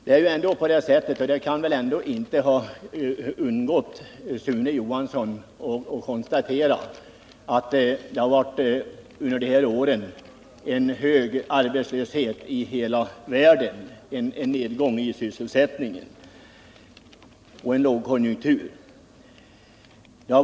Det är ju på det sättet — och det kan väl Sune Johansson ändå inte ha undgått att konstatera — att det under de här åren har rått svår arbetslöshet i hela världen, att det varit stor nedgång i sysselsättningen och lågkonjunktur.